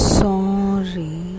sorry